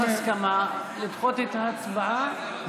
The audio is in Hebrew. יש הסכמה לדחות את ההצבעה?